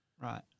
Right